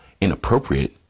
inappropriate